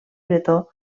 bretó